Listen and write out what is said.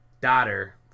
Daughter